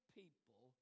people